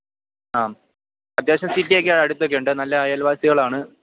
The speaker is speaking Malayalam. ആ അത്യാവശ്യം സിറ്റിയൊക്കെ അടുത്തൊക്കെയുണ്ട് നല്ല അയൽവാസികളാണ്